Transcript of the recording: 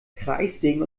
kreissägen